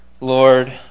Lord